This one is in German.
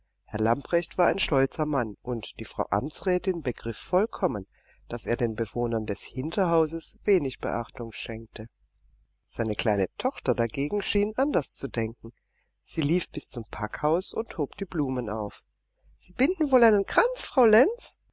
herr lamprecht war ein stolzer mann und die frau amtsrätin begriff vollkommen daß er den bewohnern des hinterhauses wenig beachtung schenke seine kleine tochter dagegen schien anders zu denken sie lief bis zum packhaus und hob die blumen auf sie binden wohl einen kranz fräulein lenz